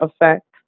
effect